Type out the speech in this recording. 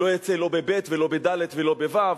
לא יצא לא בב' ולא בד' ולא בו',